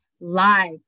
live